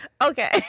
okay